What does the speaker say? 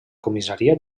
comissaria